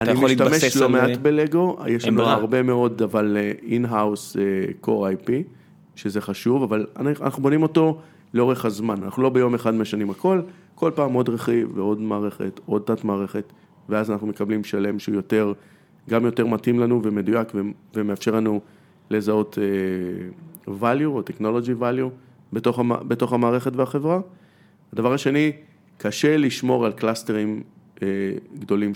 אתה יכול להתבסס על אני משתמש לא מעט בלגו, יש לנו הרבה מאוד אבל אין-האוס קור-איי-פי, שזה חשוב, אבל אנחנו בונים אותו לאורך הזמן, אנחנו לא ביום אחד משנים הכל, כל פעם עוד רכיב ועוד מערכת, עוד תת-מערכת ואז אנחנו מקבלים שלם שהוא יותר, גם יותר מתאים לנו ומדויק ומאפשר לנו לזהות value או technology value בתוך המערכת והחברה. הדבר השני, קשה לשמור על קלאסטרים גדולים.